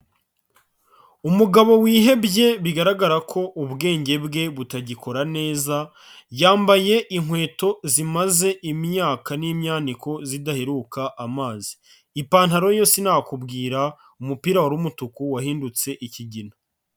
Umugabo wihebye bigaragara ko ubwenge bwe butagikora neza, yambaye inkweto zimaze imyaka n'imyaniko zidaheruka amazi, ipantaro yo sinakubwira umupira wari umutuku wahindutse ikigina.